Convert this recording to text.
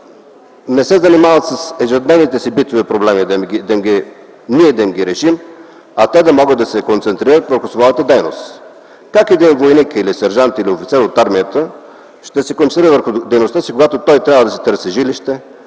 не се занимават с ежедневните си битови проблеми, тоест ние да им ги решим, а те да могат да се концентрират върху своята дейност. Как един войник, сержант или офицер от армията ще се концентрира върху дейността си, когато трябва да си търси жилище,